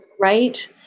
Right